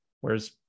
Whereas